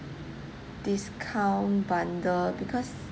discount bundle because